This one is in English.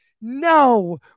no